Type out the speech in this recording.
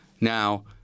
Now